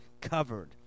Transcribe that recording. covered